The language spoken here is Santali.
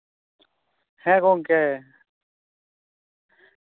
ᱦᱮᱸ ᱜᱚᱝᱠᱮ